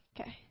Okay